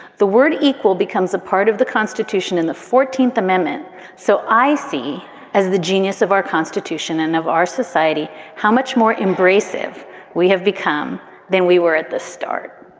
the word equal becomes a part of the constitution and the fourteenth amendment so i see as the genius of our constitution and of our society how much more embracing of we have become than we were at the start